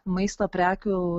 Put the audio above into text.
maisto prekių